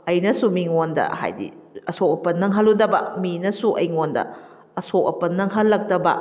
ꯑꯩꯅꯁꯨ ꯃꯤꯉꯣꯟꯗ ꯍꯥꯏꯗꯤ ꯑꯁꯣꯛ ꯑꯄꯟ ꯅꯪꯍꯜꯂꯨꯗꯕ ꯃꯤꯅꯁꯨ ꯑꯩꯉꯣꯟꯗ ꯑꯁꯣꯛ ꯑꯄꯟ ꯅꯪꯍꯜꯂꯛꯇꯕ